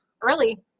early